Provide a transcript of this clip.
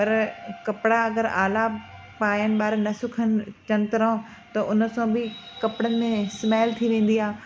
पर कपिड़ा अगरि आला बि आहिनि ॿार न सुखनि चङतिरों त उन सां बि कपिड़नि में स्मेल थी वेंदी आहे